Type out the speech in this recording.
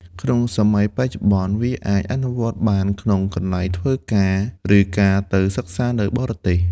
ក្នុងសម័យបច្ចុប្បន្ន វាអាចអនុវត្តបានក្នុងកន្លែងធ្វើការ ឬការទៅសិក្សានៅបរទេស។